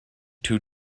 two